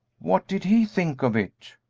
what did he think of it?